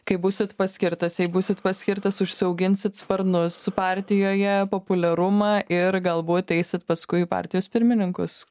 kai būsit paskirtas jei būsit paskirtas užsiauginsit sparnus partijoje populiarumą ir galbūt eisit paskui į partijos pirmininkus